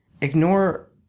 ignore